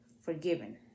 forgiven